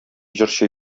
җырчы